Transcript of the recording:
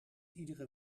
iedere